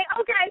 okay